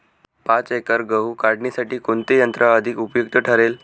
पाच एकर गहू काढणीसाठी कोणते यंत्र अधिक उपयुक्त ठरेल?